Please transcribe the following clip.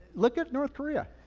look at north korea,